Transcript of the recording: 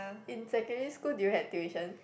in secondary school did you had tuition